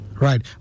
Right